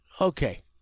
okay